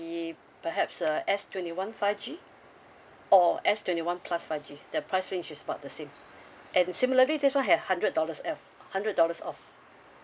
be perhaps the S twenty one five G or S twenty one plus five G the price range is about the same and similarly this one have hundred dollars off hundred dollars off